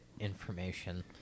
information